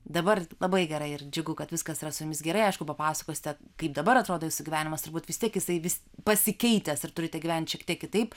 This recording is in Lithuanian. dabar labai gera ir džiugu kad viskas yra su jumis gerai aišku papasakosite kaip dabar atrodo jūsų gyvenimas turbūt vis tiek jisai vis pasikeitęs ir turite gyventi šiek tiek kitaip